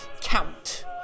Count